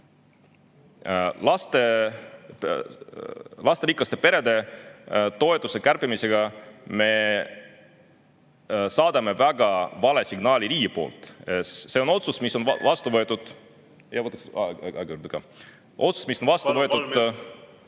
Lasterikaste perede toetuse kärpimisega me saadame väga vale signaali riigi poolt. See on otsus, mis on vastu võetud